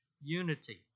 unity